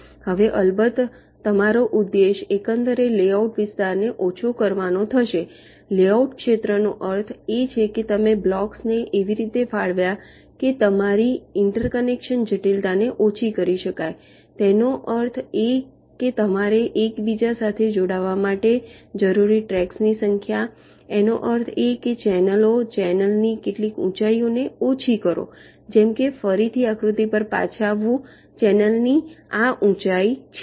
હવે અલબત્ત તમારો ઉદ્દેશ્ય એકંદરે લેઆઉટ વિસ્તારને ઓછો કરવાનો થશે લેઆઉટ ક્ષેત્રનો અર્થ એ છે કે તમે બ્લોક્સ ને એવી રીતે ફાળવ્યા છે કે તમારી ઇન્ટરકનેક્શન જટિલતાને ઓછી કરી શકાય તેનો અર્થ એ કે તમારે એકબીજા સાથે જોડાવા માટે જરૂરી ટ્રેક્સ ની સંખ્યા તેનો અર્થ એ છે કે ચેનલો ચેનલ ની કેટલીક ઊંચાઈઓને ઓછી કરો જેમ કે ફરીથી આકૃતિ પર પાછા આવવું ચેનલ ની આ ઊંચાઇ છે